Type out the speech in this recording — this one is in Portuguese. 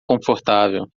confortável